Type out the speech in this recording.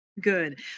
Good